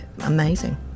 amazing